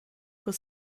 per